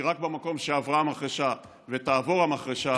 כי רק במקום שעברה המחרשה ותעבור המחרשה,